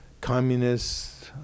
communists